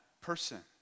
person